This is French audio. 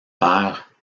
père